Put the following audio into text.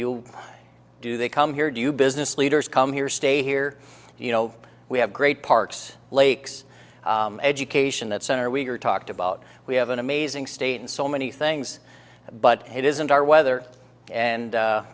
you do they come here do business leaders come here stay here you know we have great parks lakes education that center we are talked about we have an amazing state and so many things but it isn't our weather and